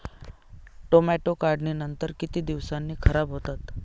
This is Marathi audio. टोमॅटो काढणीनंतर किती दिवसांनी खराब होतात?